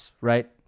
right